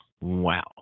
Wow